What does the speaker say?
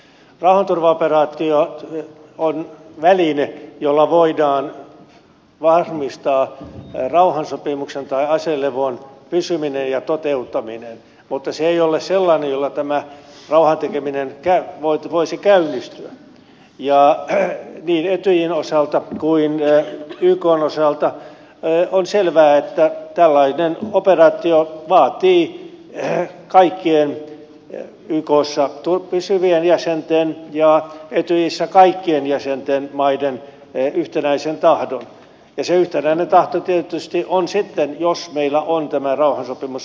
rauhanturvaoperaatio on väline jolla voidaan varmistaa rauhansopimuksen tai aselevon pysyminen ja toteuttaminen mutta se ei ole sellainen jolla rauhantekeminen voisi käynnistyä ja niin etyjin osalta kuin ykn osalta on selvää että tällainen operaatio vaatii kaikkien ykssa pysy vien jäsenten ja etyjissä kaikkien jäsenmaiden yhtenäisen tahdon ja se yhtenäinen tahto tietysti on sitten jos meillä on tämä rauhansopimus olemassa